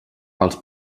els